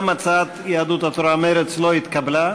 גם הצעת יהדות התורה ומרצ לא התקבלה.